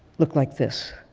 looked like this.